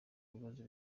ibibazo